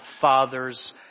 father's